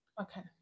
Okay